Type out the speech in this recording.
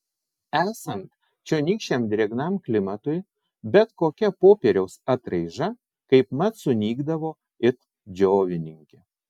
esant čionykščiam drėgnam klimatui bet kokia popieriaus atraiža kaipmat sunykdavo it džiovininkė